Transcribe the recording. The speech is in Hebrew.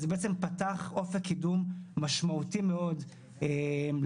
וזה בעצם פתח אופק קידום משמעותי מאוד לעו"סים.